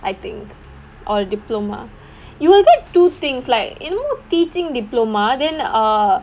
I think or diploma you will get two things like you know teaching diploma then err